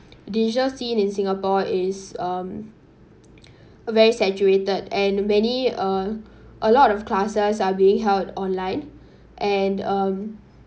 digital scene in singapore is um very saturated and many uh a lot of classes are being held online and um